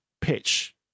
pitch